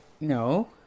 No